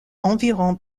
environ